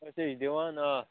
أسے چھِ دِوان آ